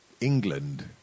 England